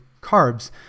carbs